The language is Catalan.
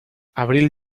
abril